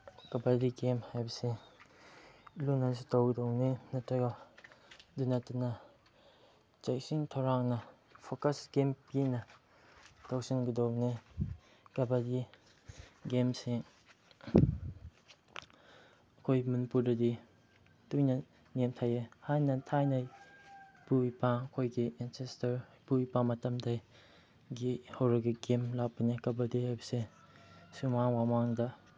ꯀꯕꯥꯗꯤ game ꯍꯥꯏꯕꯁꯦ ꯂꯨꯅꯁꯨ ꯇꯧꯗꯧꯅꯦ ꯅꯠꯇ꯭ꯔꯒ ꯑꯗꯨ ꯅꯠꯇꯅ ꯆꯦꯛꯁꯤꯟ ꯊꯧꯔꯥꯡꯅ ꯐꯣꯀꯁ ꯀꯦꯝꯄꯤꯅ ꯇꯧꯁꯟꯒꯗꯧꯕꯅꯦ ꯀꯕꯥꯗꯤ ꯒꯦꯝꯁꯦ ꯑꯩꯈꯣꯏ ꯃꯅꯤꯄꯨꯔꯗꯗꯤ ꯇꯣꯏꯅ ꯅꯦꯝꯊꯩꯌꯦ ꯍꯥꯏꯅ ꯊꯥꯏꯅ ꯏꯄꯨ ꯏꯄꯥ ꯑꯩꯈꯣꯏꯒꯤ ꯑꯦꯟꯆꯦꯁꯇꯔ ꯏꯄꯨ ꯏꯄꯥ ꯃꯇꯝꯗꯩꯒꯤ ꯍꯧꯔꯒ ꯒꯦꯝ ꯂꯥꯛꯄꯅꯦ ꯀꯕꯥꯗꯤ ꯍꯥꯏꯕꯁꯦ ꯁꯨꯃꯥꯡ ꯋꯃꯥꯡꯗ